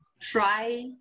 try